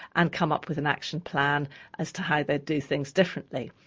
and come up with an action plan as to how they'd do things differently.